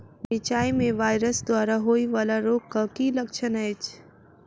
मिरचाई मे वायरस द्वारा होइ वला रोगक की लक्षण अछि?